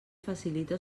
facilita